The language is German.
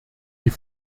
die